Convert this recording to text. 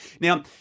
Now